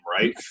right